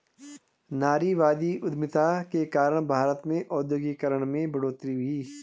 नारीवादी उधमिता के कारण भारत में औद्योगिकरण में बढ़ोतरी हुई